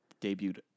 debuted